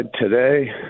today